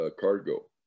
cargo